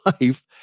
life